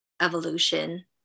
evolution